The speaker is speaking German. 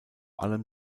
allem